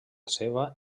seva